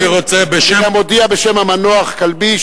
אני גם מודיע בשם המנוח כלבי,